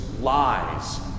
Lies